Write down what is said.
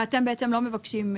ואתם בעצם לא מבקשים,